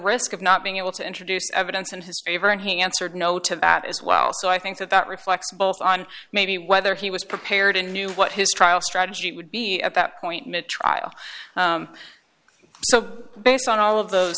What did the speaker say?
risk of not being able to introduce evidence in his favor and he answered no to that as well so i think that that reflects both on maybe whether he was prepared and knew what his trial strategy would be at that point made trial so based on all of those